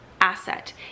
asset